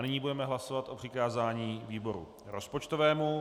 Nyní budeme hlasovat o přikázání výboru rozpočtovému.